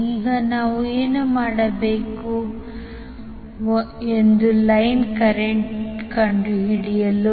ಈಗ ನಾವು ಏನು ಮಾಡಬೇಕು ಎಂದು ಲೈನ್ ಕರೆಂಟ್ ಕಂಡುಹಿಡಿಯಲು